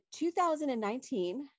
2019